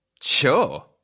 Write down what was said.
Sure